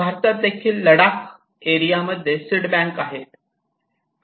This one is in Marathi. भारतात देखील लडाख एरियामध्ये सीड बँक आहेत